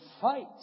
fight